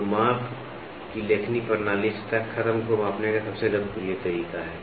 तो माप की लेखनी प्रणाली सतह खत्म को मापने का सबसे लोकप्रिय तरीका है